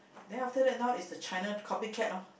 then after that now is the China copy cat loh